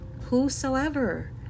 Whosoever